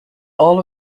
all